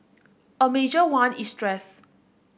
a major one is stress